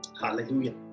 Hallelujah